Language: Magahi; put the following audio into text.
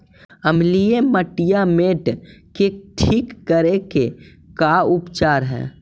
अमलिय मटियामेट के ठिक करे के का उपचार है?